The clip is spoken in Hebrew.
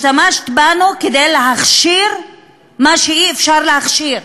השתמשת בנו כדי להכשיר מה שאי-אפשר להכשיר.